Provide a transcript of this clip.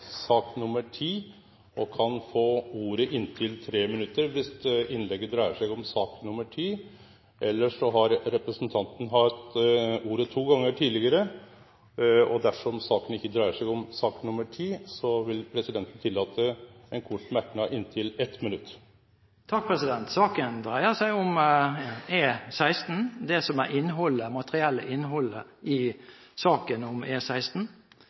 sak nr. 10 og kan få ordet i inntil 3 minutt viss innlegget dreier seg om sak nr. 10. Elles har representanten hatt ordet to gonger tidligere, og dersom innlegget ikkje dreier seg om sak nr. 10, vil presidenten tillate ein kort merknad på inntil 1 minutt. Saken dreier seg om E16, om det som er materielle innholdet i saken om